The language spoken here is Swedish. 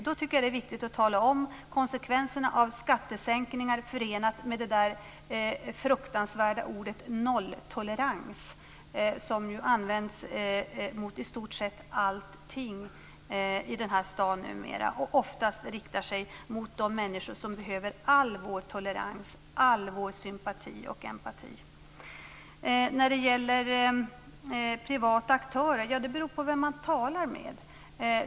Det är viktigt att tala om konsekvenserna av skattesänkningar förenat med det fruktansvärda ordet nolltolerans. Det används numera mot i stort sett allting i denna stad, oftast riktat mot de människor som behöver all vår tolerans och all vår sympati och empati. Sedan var det frågan om privata aktörer. Ja, det beror på vem man talar med.